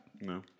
No